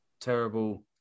terrible